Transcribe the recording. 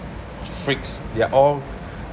freaks they're all